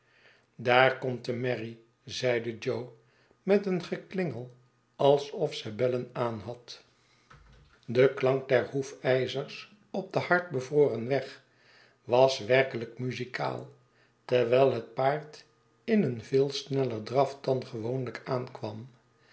daar komt de merrie zeide jo met een geklingel alsof ze bellen aanhad de klank der hoefijzers op den hard bevroren weg was werkelijk muzikaal terwijl het paard in een veel sneller draf dan gewoonlijk aankwam